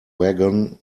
wagon